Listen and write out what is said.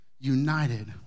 united